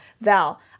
Val